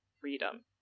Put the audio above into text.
freedom